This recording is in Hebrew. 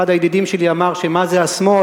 אחד הידידים שלי אמר שמה זה השמאל,